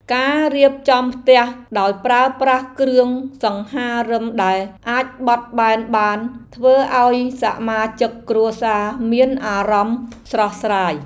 ការរៀបចំផ្ទះដោយប្រើប្រាស់គ្រឿងសង្ហារិមដែលអាចបត់បែនបានធ្វើឱ្យសមាជិកគ្រួសារមានអារម្មណ៍ស្រស់ស្រាយ។